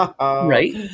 right